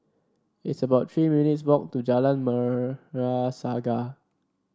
it's about Three minutes' walk to Jalan Merah Saga